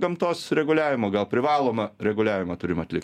gamtos reguliavimo gal privalomą reguliavimą turim atlikt